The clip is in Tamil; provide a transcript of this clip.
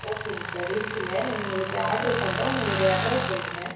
ஓகேங்க சார் இருக்குங்க உங்களுக்கு ஆர்டர் பண்ணுறோம் உங்களுடைய அட்ரெஸ் சொல்லுங்கள்